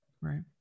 Right